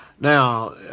Now